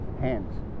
hands